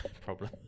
problem